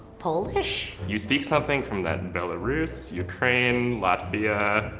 polish? you speak something from that and belarus, ukraine, latvia,